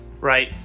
right